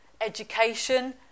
education